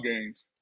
games